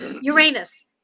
Uranus